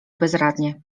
bezradnie